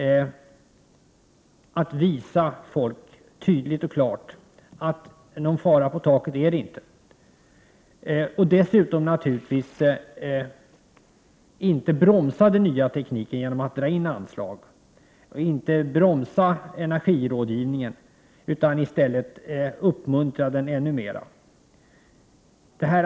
Det handlar alltså om att tydligt och klart visa människor att det inte är någon fara på taket. Naturligtvis skall inte den nya tekniken bromsas genom indragna anslag. Energirådgivningen skall inte heller bromsas. I stället skall denna uppmuntras ännu mera.